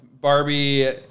Barbie